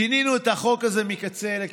שינינו את החוק הזה מקצה לקצה.